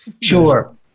Sure